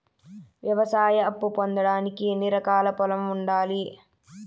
వ్యవసాయ అప్పు పొందడానికి ఎన్ని ఎకరాల పొలం ఉండాలి?